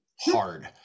hard